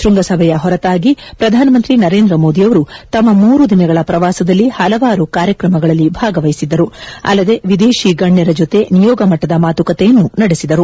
ಶೃಂಗಸಭೆಯ ಹೊರತಾಗಿ ಪ್ರಧಾನಮಂತ್ರಿ ನರೇಂದ್ರ ಮೋದಿ ಅವರು ತಮ್ಮ ಮೂರು ದಿನಗಳ ಪ್ರವಾಸದಲ್ಲಿ ಹಲವಾರು ಕಾರ್ಯಕ್ರಮಗಳಲ್ಲಿ ಭಾಗವಹಿಸಿದ್ದರು ಅಲ್ಲದೇ ವಿದೇಶಿ ಗಣ್ಯರ ಜತೆ ನಿಯೋಗ ಮಟ್ಟದ ಮಾತುಕತೆಯನ್ನೂ ನಡೆಸಿದರು